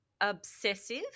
obsessive